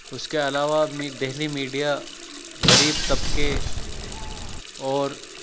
اس کے علاوہ دہلی میڈیا غریب طبقے اور